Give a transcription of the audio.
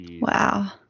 Wow